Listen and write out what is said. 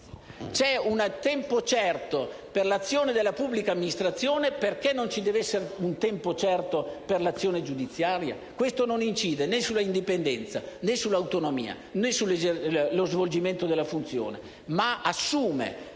un tempo certo per l'azione della pubblica amministrazione: perché non ci deve essere un tempo certo per l'azione giudiziaria? Ciò non incide né sull'indipendenza, né sull'autonomia, né sullo svolgimento della funzione, ma fa assumere